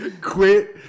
Quit